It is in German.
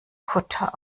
kutter